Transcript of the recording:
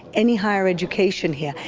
any higher education here.